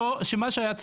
אוקיי, אז בוא תדייק אותם.